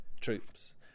troops